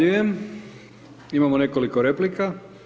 Imamo nekoliko replika.